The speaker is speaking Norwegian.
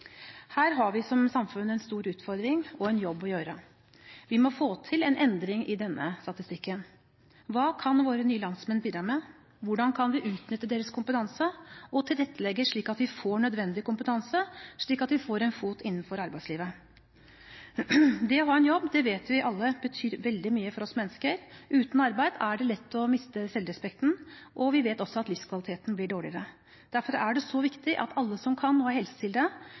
Her har vi som samfunn en stor utfordring og en jobb å gjøre. Vi må få til en endring i denne statistikken. Hva kan våre nye landsmenn bidra med? Hvordan kan vi utnytte deres kompetanse og tilrettelegge slik at de får nødvendig kompetanse, slik at de får en fot innenfor arbeidslivet? Det å ha en jobb vet alle betyr veldig mye for oss mennesker. Uten arbeid er det lett å miste selvrespekten, og vi vet også at livskvaliteten blir dårligere. Derfor er det så viktig at alle som kan og har helse til det, kan få en jobb å